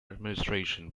administration